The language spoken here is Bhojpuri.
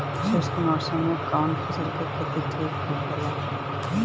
शुष्क मौसम में कउन फसल के खेती ठीक होखेला?